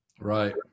Right